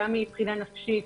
גם מבחינה נפשית,